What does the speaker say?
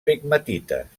pegmatites